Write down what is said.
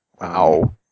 Wow